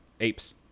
apes